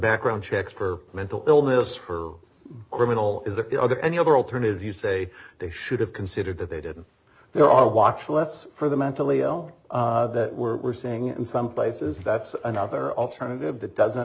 background checks for mental illness her criminal is the other any other alternatives you say they should have considered that they didn't there are watch us for the mentally ill that were saying in some places that's another alternative that doesn't